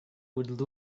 would